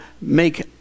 make